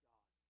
God